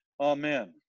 Amen